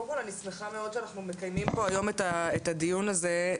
קודם כל אני שמחה מאוד שאנחנו מקיימים היום את הדיון הזה,